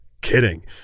kidding